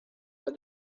but